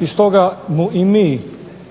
i stoga mu i mi nekad